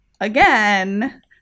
again